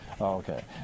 Okay